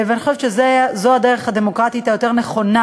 אני חושבת שזו הדרך הדמוקרטית היותר-נכונה